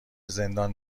زندان